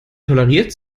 toleriert